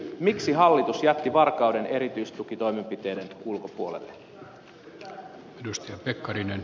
miksi hallitus jätti varkauden erityistukitoimenpiteiden ulkopuolelle